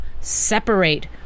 separate